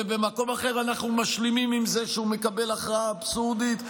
ובמקום אחר אנחנו משלימים עם זה שהוא מקבל הכרעה אבסורדית,